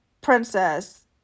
princess